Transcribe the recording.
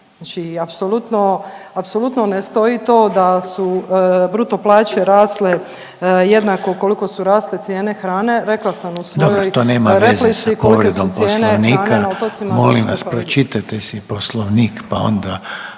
apsolutno ne stoji to da su bruto plaće rasle jednako koliko su rasle cijene hrane, rekla sam u svojoj …/Upadica Reiner: Dobro to nema veze sa